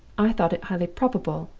i thought it highly probable,